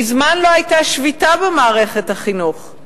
מזמן לא היתה שביתה במערכת החינוך.